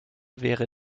wäre